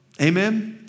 Amen